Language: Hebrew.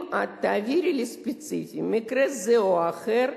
אם את תעבירי לי ספציפית מקרה זה או אחר,